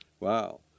Wow